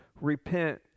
repent